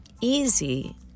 easy